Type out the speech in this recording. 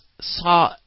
saw